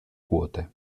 quote